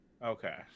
okay